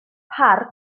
parc